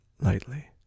lightly